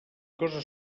cosa